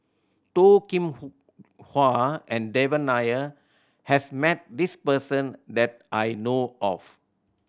Toh Kim Hwa and Devan Nair has met this person that I know of